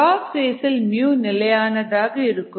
lock ஃபேசில் நிலையாக இருக்கும்